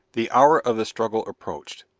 the hour of the struggle approached.